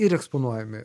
ir eksponuojami